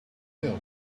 milk